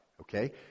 okay